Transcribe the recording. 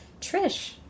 Trish